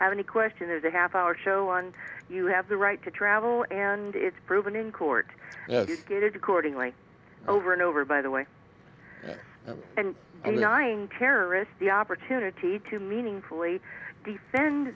have any question there's a half hour show on you have the right to travel and it's proven in court gated accordingly over and over by the way and a terrorist the opportunity to meaningfully defend